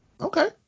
Okay